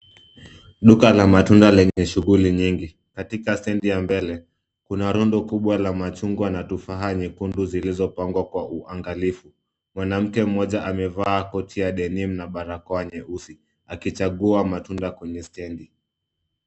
Duka la matunda lenye shughuli nyingi. Katika stendi ya mbele kuna rundo kubwa la machungwa na tufaha nyekundu zilizopangwa kwa uangalifu. Mwanamke mmoja amevaa koti ya denimu na barakoa nyeusi, akichagua matunda kwenye stendi.